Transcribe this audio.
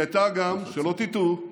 היא הייתה גם, שלא תטעו,